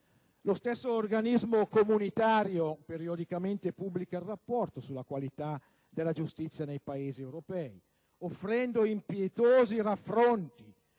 Lo stesso organismo comunitario, periodicamente, pubblica il rapporto sulla qualità della giustizia dei Paesi europei, offrendo impietosi raffronti.